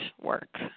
work